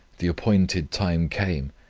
the appointed time came,